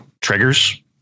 triggers